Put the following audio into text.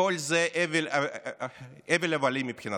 כל זה הבל-הבלים מבחינתם.